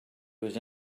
was